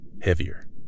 Heavier